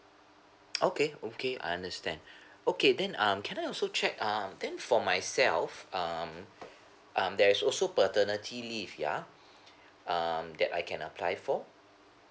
okay okay I understand okay then um can I also check um then for myself um um there's also paternity leave ya um that I can apply for